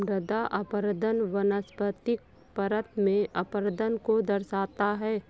मृदा अपरदन वनस्पतिक परत में अपरदन को दर्शाता है